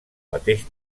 mateix